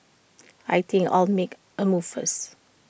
I think I'll make A move first